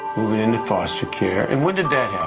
we're in foster care. and when did that